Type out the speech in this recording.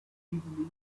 easily